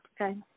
okay